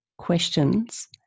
questions